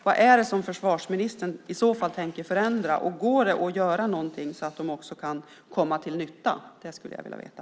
Vad är det som försvarsministern i så fall tänker förändra? Går det att göra någonting så att de också kan komma till nytta? Det skulle jag vilja veta.